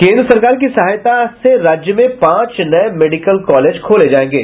केंद्र सरकार की सहायता राज्य में पांच नये मेडिकल कॉलेज खोले जायेंगे